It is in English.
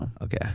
Okay